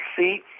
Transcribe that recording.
seat